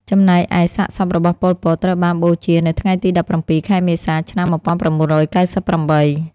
ចំណែកឯសាកសពរបស់ ប៉ុល ពត ត្រូវបានបូជា នៅថ្ងៃទី១៧ ខែមេសា ឆ្នាំ១៩៩៨។